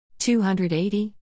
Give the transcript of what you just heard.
280